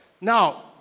Now